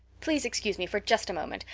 please excuse me for just a moment.